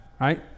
right